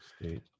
State